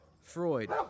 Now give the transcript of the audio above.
Freud